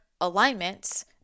alignments